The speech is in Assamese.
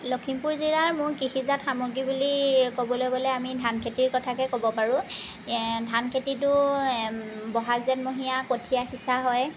লক্ষীমপুৰ জিলাৰ মূল কৃষিজাত সামগ্ৰী বুলি ক'বলৈ গ'লে আমি ধান খেতিৰ কথাকে ক'ব পাৰো ধান খেতিটো ব'হাগ জেঠমহীয়া কঠীয়া সিঁচা হয়